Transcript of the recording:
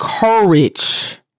courage